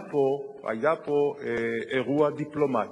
היה פה אירוע דיפלומטי,